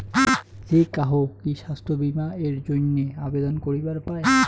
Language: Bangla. যে কাহো কি স্বাস্থ্য বীমা এর জইন্যে আবেদন করিবার পায়?